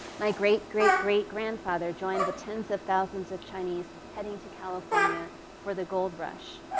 my great, great, great grandfather joined the tens of thousands of chinese heading to california for the gold rush.